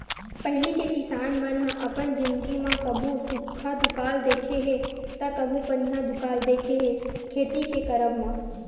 पहिली के किसान मन ह अपन जिनगी म कभू सुक्खा दुकाल देखे हे ता कभू पनिहा दुकाल देखे हे खेती के करब म